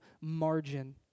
margin